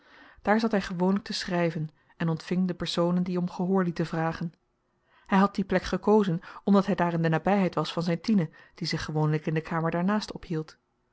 daar zat hy gewoonlyk te schryven en ontving de personen die om gehoor lieten vragen hy had die plek gekozen omdat hy daar in de nabyheid was van zyn tine die zich gewoonlyk in de kamer daarnaast ophield